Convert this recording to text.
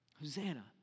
Hosanna